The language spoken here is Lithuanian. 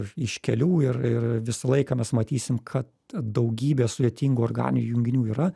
iš kelių ir ir visą laiką mes matysim kad daugybė sudėtingų organinių junginių yra